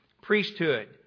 priesthood